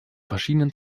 verschiedenen